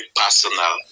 personal